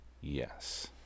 Yes